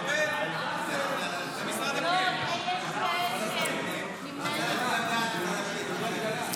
בדבר תוספת תקציב לא נתקבלו.